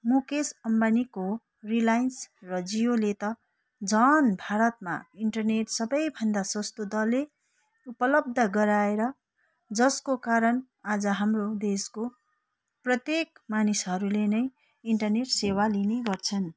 मुकेस अम्बानीको रिलायन्स र जिओले त झन् भारतमा इन्टरनेट सबैभन्दा सस्तो दरले उपलब्द गराएर जसको कारण आज हाम्रो देशको प्रत्येक मानिसहरूले नै इन्टरनेट सेवा लिने गर्छन्